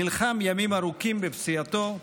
נלחם ימים ארוכים בפציעתו,